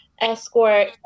escort